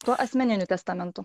tuo asmeniniu testamentu